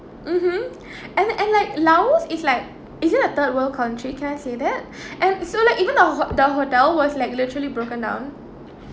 mmhmm and and like laos is like is it a third world country can I say that and so like even the ho~ the hotel was like literally broken down